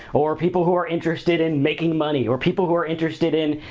or people who are interested in making money, or people who are interested in